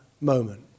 moment